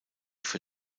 für